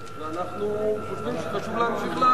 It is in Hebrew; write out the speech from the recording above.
אנחנו חושבים שחשוב להמשיך לעקוב אחרי זה.